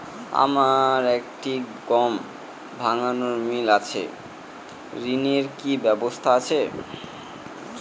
আমার একটি গম ভাঙানোর মিল আছে ঋণের কি ব্যবস্থা আছে?